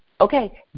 Okay